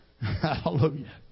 Hallelujah